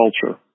culture